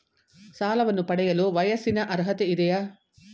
ಸಾಲವನ್ನು ಪಡೆಯಲು ವಯಸ್ಸಿನ ಅರ್ಹತೆ ಇದೆಯಾ?